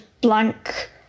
blank